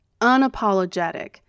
unapologetic